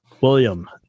William